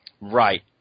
Right